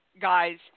guys